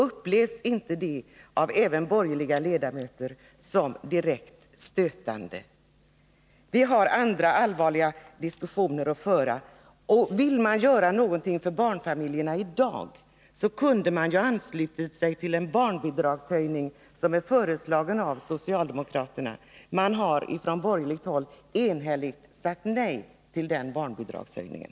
Upplevs inte det även av borgerliga ledamöter som direkt stötande? Vi har andra allvarliga diskussioner att föra. Och ville man göra någonting för barnfamiljerna i dag, så kunde man ju ha anslutit sig till den barnbidragshöjning som är föreslagen av socialdemokraterna. Man har från borgerligt håll enhälligt sagt nej till den barnbidragshöjningen.